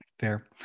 Fair